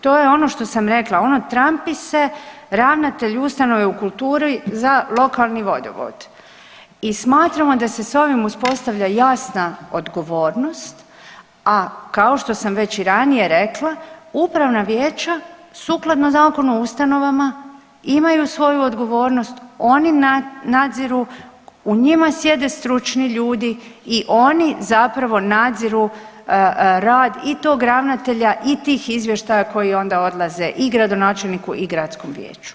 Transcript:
To je ono što sam rekla, ono trampi se ravnatelj ustanove u kulturi za lokalni vodovod i smatramo da se s ovim uspostavlja jasna odgovornost, a kao što sam već i ranije rekla upravna vijeća sukladno Zakonu o ustanovama imaju svoju odgovornost, oni nadziru, u njima sjede stručni ljudi i oni zapravo nadziru rad i tog ravnatelja i tih izvještaja koji onda odlaze i gradonačelniku i gradskom vijeću.